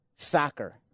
soccer